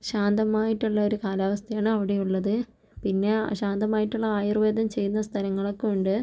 ശാന്തമായിട്ടുള്ള ഒരു കാലാവസ്ഥയാണ് അവിടെ ഉള്ളത് പിന്നെ ശാന്തമായിട്ടുള്ള ആയുര്വേദം ചെയ്യുന്ന സ്ഥലങ്ങളൊക്കെ ഉണ്ട്